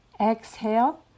exhale